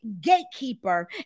gatekeeper